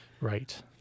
right